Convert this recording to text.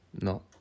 No